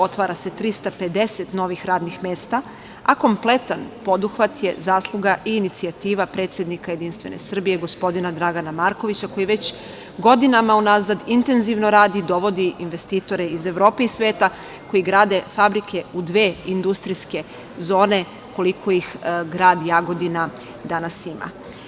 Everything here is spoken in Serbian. Otvara se 350 novih radnih mesta, a kompletan poduhvat je zasluga i inicijativa predsednika JS gospodina Dragana Markovića koji već godinama unazad godinama radi, dovodi investitore iz Evrope i sveta koji grade fabrike u dve industrijske zone, koliko ih grad Jagodina danas ima.